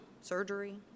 surgery